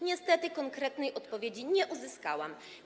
Niestety konkretnej odpowiedzi nie uzyskałam.